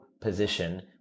position